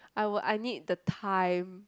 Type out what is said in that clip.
I would I need the time